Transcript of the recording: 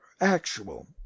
actual